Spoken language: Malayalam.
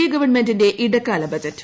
എ ഗവൺമെന്റിന്റെ ഇടക്കാല ബജറ്റ്